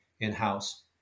in-house